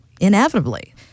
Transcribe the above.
inevitably